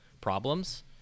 problems